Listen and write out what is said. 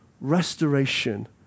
restoration